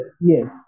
yes